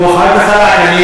לא, חד וחלק.